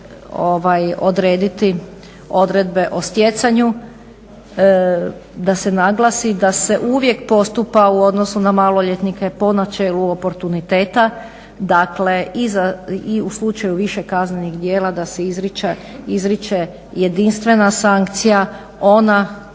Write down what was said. je i odrediti odredbe o stjecanju da se naglasi da se uvijek postupa u odnosu na maloljetnike po načelo oportuniteta, dakle i u slučaju više kaznenih djela da se izriče jedinstvena sankcija ona